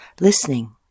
listening